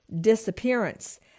disappearance